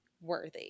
worthy